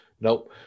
nope